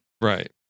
Right